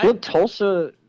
Tulsa